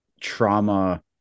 trauma